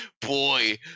boy